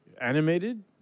animated